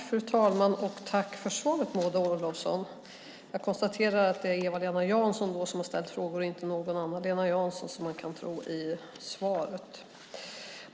Fru talman! Jag tackar Maud Olofsson för svaret. Jag konstaterar att det är Eva-Lena Jansson som har ställt frågor, inte någon Anna-Lena Jansson som man kan tro av interpellationssvaret.